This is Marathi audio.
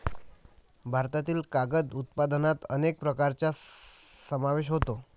भारतातील कागद उत्पादनात अनेक प्रकारांचा समावेश होतो